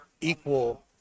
equal